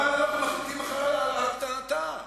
אבל, בכלל על הקטנתה.